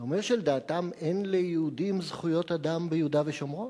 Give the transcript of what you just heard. זה אומר שלדעתם אין ליהודים זכויות אדם ביהודה ושומרון?